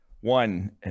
one